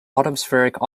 atmospheric